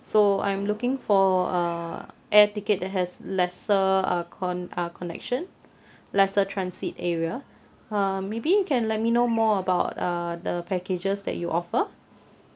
so I'm looking for uh air ticket that has lesser uh con~ uh connection lesser transit area uh maybe you can let me know more about uh the packages that you offer